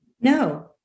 No